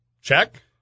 Check